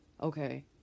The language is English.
okay